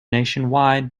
nationwide